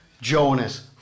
Jonas